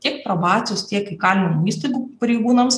tiek probacijos tiek įkalinimo įstaigų pareigūnams